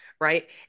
Right